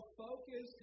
focus